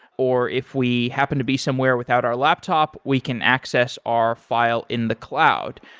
or if we happen to be somewhere without our laptop, we can access our file in the cloud.